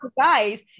guys